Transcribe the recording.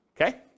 okay